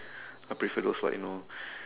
I prefer those like you know